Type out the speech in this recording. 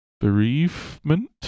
Bereavement